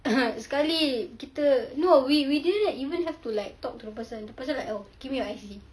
sekali kita no we we didn't even have to like talk to the person the person like give me your I_C